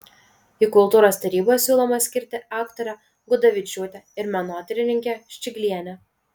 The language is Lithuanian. į kultūros tarybą siūloma skirti aktorę gudavičiūtę ir menotyrininkę ščiglienę